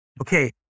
okay